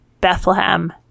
Bethlehem